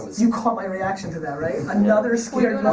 you caught my reaction to that, right? another scared